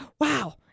wow